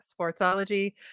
Sportsology